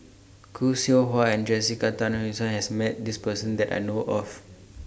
Khoo Seow Hwa and Jessica Tan Reason has Met This Person that I know of